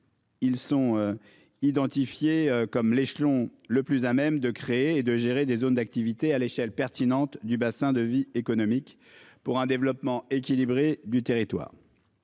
Ils sont identifiés comme l'échelon le plus à même de créer et de gérer des zones d'activités à l'échelle pertinente du bassin de vie économique pour un développement équilibré du territoire.